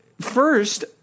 first